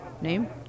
Name